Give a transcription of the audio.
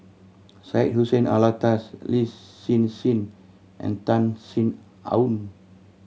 Syed Hussein Alatas Lin Hsin Hsin and Tan Sin Aun